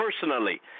personally